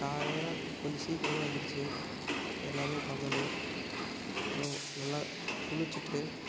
காலையில் கொஞ்சம் சீக்கிரமாக எழுந்திரிச்சி எல்லாமே பண்ணணும் அப்புறம் நல்லா குளித்துட்டு